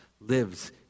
lives